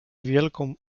wielką